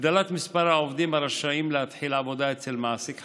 הגדלת מספר העובדים הרשאים להתחיל עבודה אצל מעסיק חדש,